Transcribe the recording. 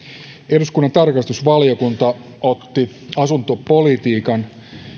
eduskunnan tarkastusvaliokunta otti asuntopolitiikan